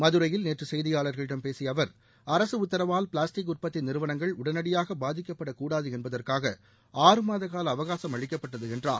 மதுரையில் நேற்று செய்தியாளர்களிடம் பேசிய அவர் அரசு உத்தரவால் பிளாஸ்டிக் உற்பத்தி நிறுவனங்கள் உடனடியாக பாதிக்கப்படக் கூடாது என்பதற்காக ஆறு மாதகால அவகாசம் அளிக்கப்பட்டது என்றார்